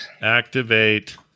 Activate